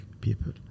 people